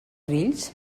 grills